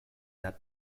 that